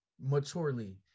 maturely